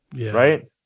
right